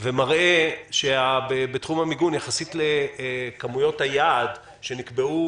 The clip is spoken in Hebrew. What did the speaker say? ומראה שבתחום המיגון, יחסית לכמויות היעד שנקבעו